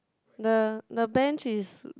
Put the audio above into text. the the bench is